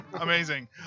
amazing